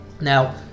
Now